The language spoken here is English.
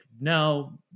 no